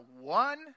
one